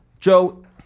Joe